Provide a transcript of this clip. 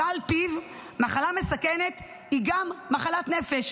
שעל פיו מחלה מסכנת היא גם מחלת נפש.